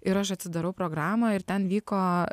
ir aš atsidarau programą ir ten vyko